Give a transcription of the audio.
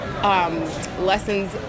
Lessons